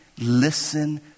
Listen